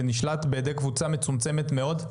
ונשלט בידי קבוצה מצומצמת מאוד?